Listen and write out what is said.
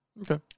Okay